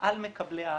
על מקבלי ההחלטות.